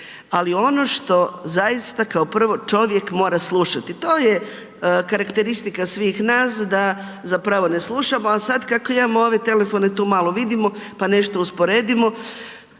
ali ono što zaista kao prvo čovjek mora slušati. To je karakteristika svih nas da zapravo ne slušamo, a sad kako imamo ove telefone tu malo vidimo pa nešto usporedimo.